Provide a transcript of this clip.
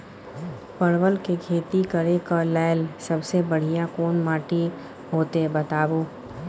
परवल के खेती करेक लैल सबसे बढ़िया कोन माटी होते बताबू?